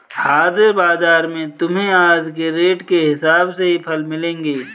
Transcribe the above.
हाजिर बाजार में तुम्हें आज के रेट के हिसाब से ही फल मिलेंगे